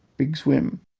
big swim!